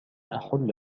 أحل